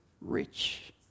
rich